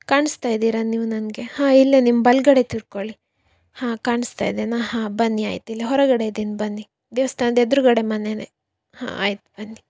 ಕಾಣಿಸ್ತಾ ಇದ್ದೀರಾ ನೀವು ನನಗೆ ಹಾಂ ಇಲ್ಲೇ ನಿಮ್ಮ ಬಲಗಡೆ ತಿರ್ಕೊಳ್ಳಿ ಹಾಂ ಕಾಣಿಸ್ತಾ ಇದೆಯಾ ಹಾಂ ಬನ್ನಿ ಆಯಿತಾ ಇಲ್ಲೇ ಹೊರಗಡೆ ಇದೀನಿ ಬನ್ನಿ ದೇವಸ್ಥಾನದ ಎದುರುಗಡೆ ಮನೆಯೇ ಹಾಂ ಆಯಿತು ಬನ್ನಿ